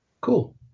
Cool